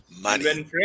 Money